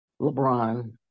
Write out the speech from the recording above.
LeBron